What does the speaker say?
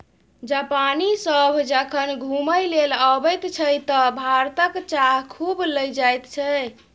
जापानी सभ जखन घुमय लेल अबैत छै तँ भारतक चाह खूब लए जाइत छै